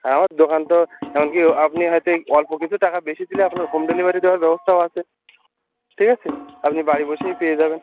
হ্যাঁ ওর দোকান তো এমন কি ও আপনি হয়তো এই অল্প কিছু টাকা বেশি দিলে আপনার হোম ডেলিভারি দেওয়ার ব্যবস্থাও আছে ঠিক আছে আপনি বাড়ি বসেই পেয়ে যাবেন